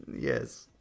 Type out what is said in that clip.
yes